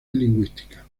lingüística